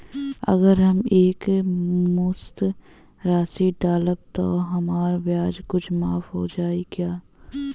अगर हम एक मुस्त राशी डालब त हमार ब्याज कुछ माफ हो जायी का?